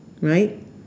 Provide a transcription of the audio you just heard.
Right